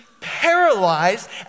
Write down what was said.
paralyzed